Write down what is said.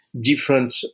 different